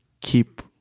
keep